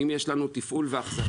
אם יש לנו תפעול ואחזקה,